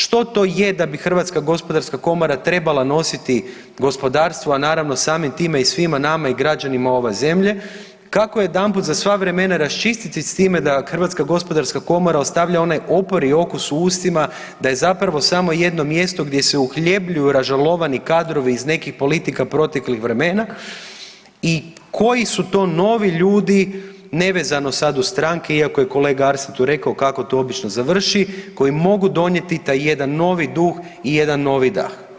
Što to je da bi Hrvatska gospodarska komora trebala nositi gospodarstvo, a naravno samim time i svima nama i građanima ove zemlje kako jedanput za sva vremena raščistiti sa time da Hrvatska gospodarska komora ostavlja onaj opori okus u ustima da je zapravo samo jedno mjesto gdje se uhljebljuju ražalovani kadrovi iz nekih politika proteklih vremena i koji su to novi ljudi nevezano sad uz stranke, iako je kolega Arsen tu rekao kako to obično završi, koji mogu donijeti taj jedan novi duh i jedan novi dah.